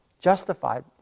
Justified